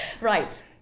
Right